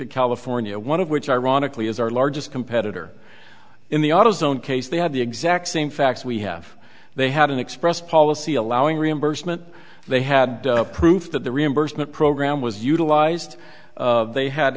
of california one of which ironically is our largest competitor in the auto zone case they have the exact same facts we have they had an express policy allowing reimbursement they had proof that the reimbursement program was utilized they had